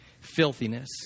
filthiness